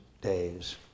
days